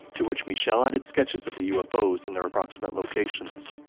to which michel added sketches of the ufos in their approximate locations.